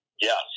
Yes